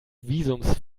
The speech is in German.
visums